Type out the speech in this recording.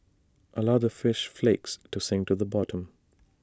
allow the fish flakes to sink to the bottom